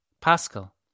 Pascal